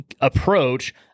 Approach